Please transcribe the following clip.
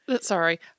sorry